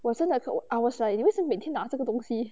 我真的可我 I was like 你为什么每天拿这个东西